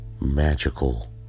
magical